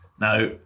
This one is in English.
now